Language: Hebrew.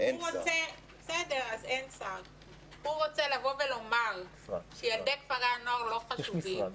הוא רוצה לבוא ולומר שילדי כפרי הנוער לא חשובים?